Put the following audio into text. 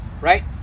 Right